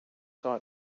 saw